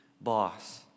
boss